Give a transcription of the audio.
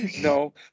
No